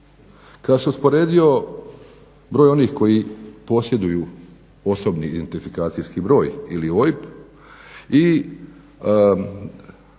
Kada sam usporedio broj onih koji posjeduju osobni identifikacijski broj ili OIB